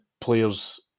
players